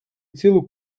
цілу